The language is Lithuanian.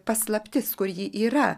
paslaptis kur ji yra